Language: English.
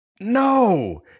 No